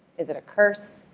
is it a curse?